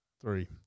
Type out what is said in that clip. three